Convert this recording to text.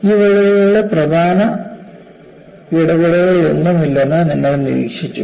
ഈ വിള്ളലുകളുടെ പ്രധാന ഇടപെടലുകളൊന്നുമില്ലെന്ന് നിങ്ങൾ നിരീക്ഷിച്ചു